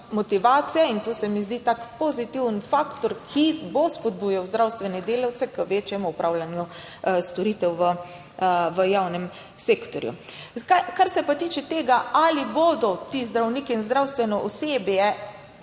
motivacija in to se mi zdi tak pozitiven faktor, ki bo spodbujal zdravstvene delavce k večjemu opravljanju storitev v javnem sektorju. Kar se pa tiče tega, ali bodo ti zdravniki in zdravstveno osebje,